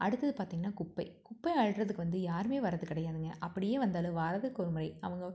அடுத்தது பார்த்தீங்கன்னா குப்பை குப்பை அள்ளுறதுக்கு வந்து யாருமே வர்றது கிடையாதுங்க அப்படியே வந்தாலும் வாரத்துக்கு ஒரு முறை அவங்க